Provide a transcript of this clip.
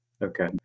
Okay